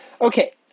Okay